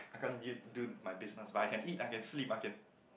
I can't eat do my business but I can eat I can sleep I can